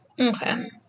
Okay